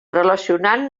relacionant